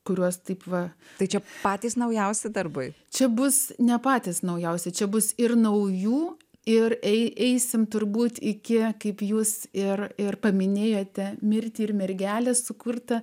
kuriuos taip va tai čia patys naujausi darbai čia bus ne patys naujausi čia bus ir naujų ir eisime turbūt iki kaip jūs ir ir paminėjote mirtį ir mergelės sukurtą